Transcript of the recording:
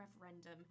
referendum